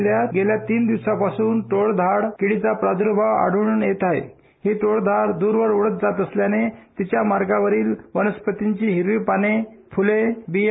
जिल्ह्यात गेल्या तीन दिवसांपासून टोळधाड किडीचा प्रादर्भाव आढळून येत आहे हे टोळधाड दरवर उडत जात असल्याने तिच्या मार्गावरील वनस्पतींची हिरवी पाने फुले बिया